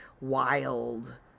wild